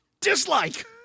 dislike